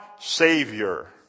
savior